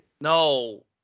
No